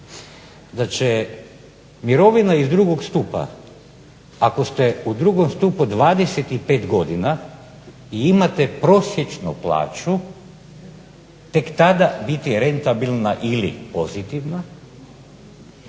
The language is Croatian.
da će mirovina iz drugog stupa, ako ste u drugom stupu 25 godina i imate prosječnu plaću tek tada biti rentabilna ili pozitivna